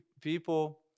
people